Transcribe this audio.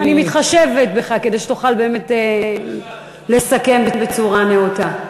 אני מתחשבת בך, כדי שתוכל באמת לסכם בצורה נאותה.